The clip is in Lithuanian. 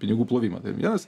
pinigų plovimą ten vienas